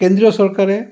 কেন্দ্ৰীয় চৰকাৰে